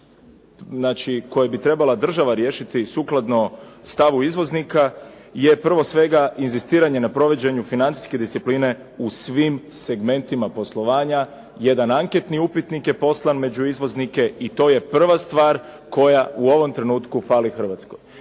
koje bi trebala država riješiti sukladno stavu izvoznika je prvo svega inzistiranje na provođenju financijske discipline u svim segmentima poslovanja, jedan anketni upitnik je poslan među izvoznike i to je prva stvar koja u ovom trenutku fali Hrvatskoj.